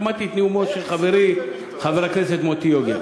שמעתי את נאומו של חברי חבר הכנסת מוטי יוגב.